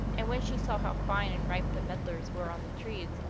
and when she saw how fine and ripe the medlars were on the trees,